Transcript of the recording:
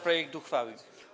projekt uchwały.